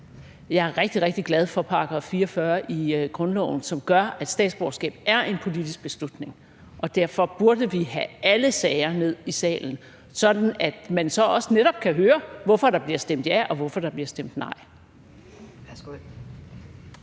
rigtig, rigtig glad for § 44 i grundloven, som siger, at statsborgerskab er en politisk beslutning, og derfor burde vi have alle sager ned i salen, sådan at man også netop kan høre, hvorfor der bliver stemt ja, og hvorfor der bliver stemt nej.